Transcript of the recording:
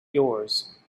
yours